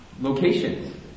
locations